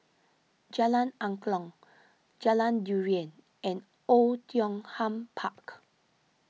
Jalan Angklong Jalan Durian and Oei Tiong Ham Park